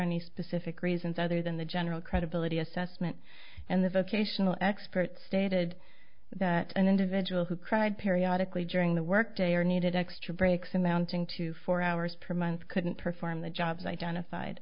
any specific reasons other than the general credibility assessment and the vocational expert stated that an individual who cried periodic wagering the work day or needed extra breaks amounting to four hours per month couldn't perform the jobs identified